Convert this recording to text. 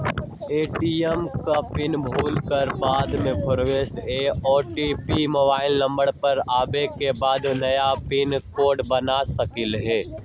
ATM के pin भुलागेल के बाद फोरगेट कर ओ.टी.पी मोबाइल नंबर पर आवे के बाद नया पिन कोड बना सकलहु ह?